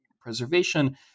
preservation